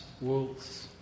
wolves